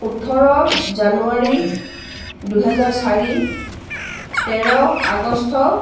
ওঁঠৰ জানুৱাৰী দুহেজাৰ চাৰি তেৰ আগষ্ট